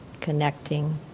connecting